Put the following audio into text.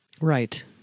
Right